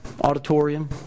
auditorium